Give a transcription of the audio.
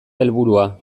helburua